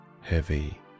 heavy